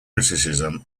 criticism